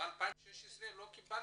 ב-2016 לא שילבתם?